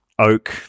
Oak